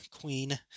queen